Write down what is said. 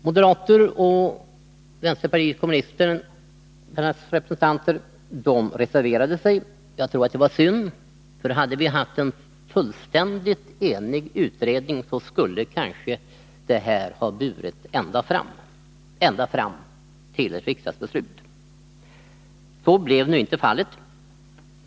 Moderaternas och vänsterpartiet kommunisternas representanter reserverade sig. Jag tycker det var synd — hade vi haft en fullständigt enig utredning, så skulle kanske det här ha burit ända fram till ett riksdagsbeslut. Så blev nu inte fallet.